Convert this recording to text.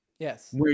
Yes